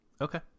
Okay